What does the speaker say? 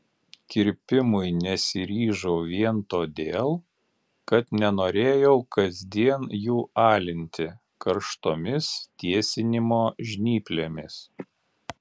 kirpimui nesiryžau vien todėl kad nenorėjau kasdien jų alinti karštomis tiesinimo žnyplėmis